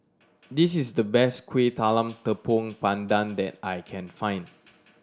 this is the best Kuih Talam Tepong Pandan that I can find